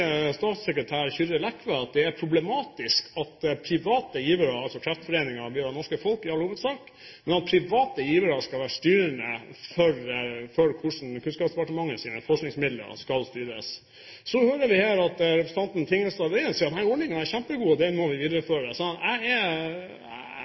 statssekretær Kyrre Lekve at det er problematisk at private givere – altså Kreftforeningen, bidrag fra norske folk, i all hovedsak – skal være styrende for hvordan Kunnskapsdepartementets forskningsmidler skal styres. Så hører vi her at representanten Tingelstad Wøien sier at denne ordningen er kjempegod, den må vi